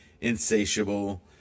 Insatiable